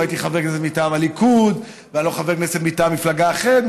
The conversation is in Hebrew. לא הייתי חבר כנסת מטעם הליכוד ואני לא חבר כנסת מטעם מפלגה אחרת.